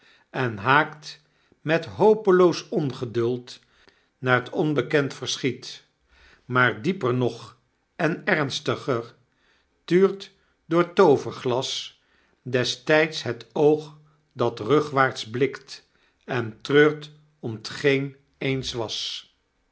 en haakt met hooploos ongeduld naar t onbekend verschiet maar dieper nog en ernstiger tuurt door het tooverglas des tyds het oog dat rugwaart blikt en treurt om tgeen eens was